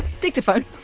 Dictaphone